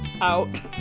out